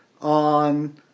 on